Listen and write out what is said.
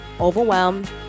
overwhelmed